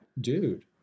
dude